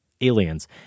aliens